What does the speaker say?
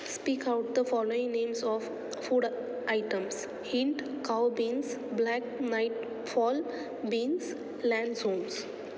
speak out the following names of food items hint cow beans black nightfall beans lanzones